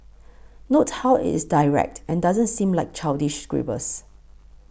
note how it is direct and doesn't seem like childish scribbles